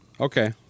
Okay